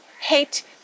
hate